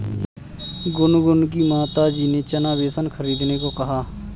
गुनगुन की माताजी ने चना बेसन खरीदने को कहा